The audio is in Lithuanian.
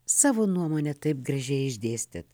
savo nuomonę taip gražiai išdėstėt